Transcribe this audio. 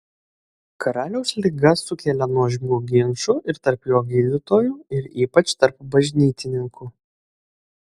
karaliaus liga sukelia nuožmių ginčų ir tarp jo gydytojų ir ypač tarp bažnytininkų